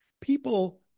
People